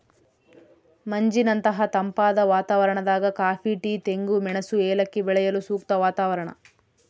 ಮಂಜಿನಂತಹ ತಂಪಾದ ವಾತಾವರಣದಾಗ ಕಾಫಿ ಟೀ ತೆಂಗು ಮೆಣಸು ಏಲಕ್ಕಿ ಬೆಳೆಯಲು ಸೂಕ್ತ ವಾತಾವರಣ